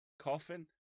Coffin